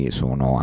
sono